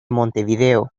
montevideo